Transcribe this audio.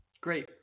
Great